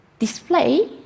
display